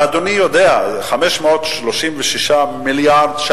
ואדוני יודע ש-536 מיליארד,